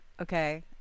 Okay